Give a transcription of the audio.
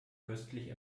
köstlich